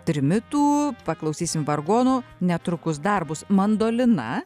trimitų paklausysim vargonų netrukus dar bus mandolina